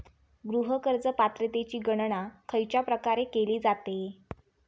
गृह कर्ज पात्रतेची गणना खयच्या प्रकारे केली जाते?